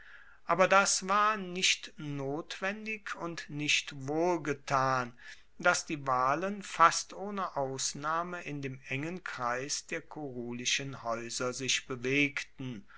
aber das war nicht notwendig und nicht wohlgetan dass die wahlen fast ohne ausnahme in dem engen kreis der kurulischen haeuser sich bewegten